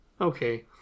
okay